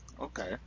Okay